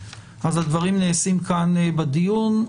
הדברים נעשים כאן בדיון.